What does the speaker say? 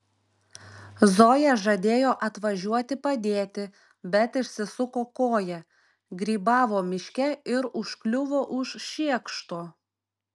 zoja žadėjo atvažiuoti padėti bet išsisuko koją grybavo miške ir užkliuvo už šiekšto